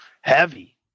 heavy